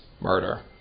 murder